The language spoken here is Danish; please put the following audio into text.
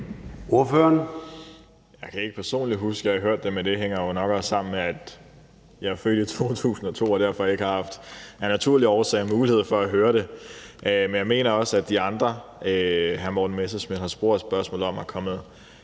Jeg kan ikke personligt huske, at jeg har hørt det, men det hænger jo nok også sammen med, at jeg er født i 2002 og derfor af naturlige årsager ikke har haft mulighed for at høre det. Men jeg mener også, at de andre, hr. Morten Messerschmidt har stillet spørgsmålet til, er kommet